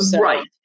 right